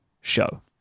show